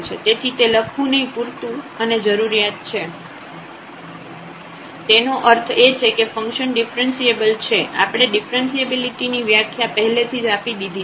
તેથી તે લખવુ નહીં પૂરતું અને જરૂરિયાત છે તેનો અર્થ એ છે કે ફંકશન ડિફ્રન્સિએબલ છે આપણે ડીફરન્સીએબિલિટી ની વ્યાખ્યા પહેલેથી જ આપી દીધી છે